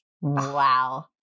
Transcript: Wow